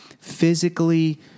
physically